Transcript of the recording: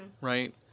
right